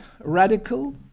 radical